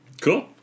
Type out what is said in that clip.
Cool